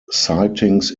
sightings